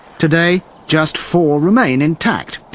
today, just four remain intact,